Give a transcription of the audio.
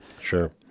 Sure